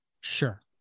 Sure